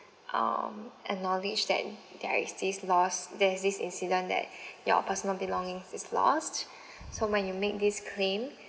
um acknowledge that there is this loss there's this incident that your personal belonging is lost so when you make this claim